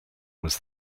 was